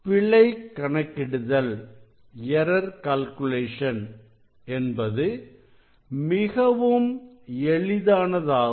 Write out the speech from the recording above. பிழை கணக்கிடுதல் என்பது மிகவும் எளிதானதாகும்